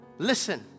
listen